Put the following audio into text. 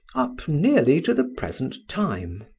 up nearly to the present time.